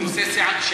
בנושא שעלה.